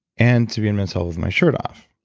and to be in men's health with my shirt off.